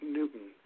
Newton